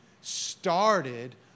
started